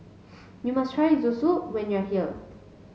you must try Zosui when you are here